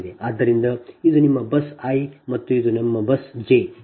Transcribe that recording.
ಆದ್ದರಿಂದ ಇದು ಇದು ನಿಮ್ಮ ಬಸ್ ಐ ಮತ್ತು ಇದು ನಿಮ್ಮ ಬಸ್ ಜೆ ಸರಿ